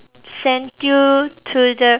sent you to the